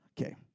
Okay